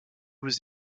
was